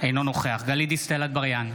אינו נוכח גלית דיסטל אטבריאן,